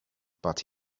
but